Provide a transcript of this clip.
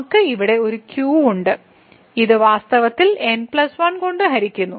നമുക്ക് ഇവിടെ ഒരു q ഉണ്ട് ഇത് വാസ്തവത്തിൽ N 1 കൊണ്ട് ഹരിക്കുന്നു